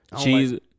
cheese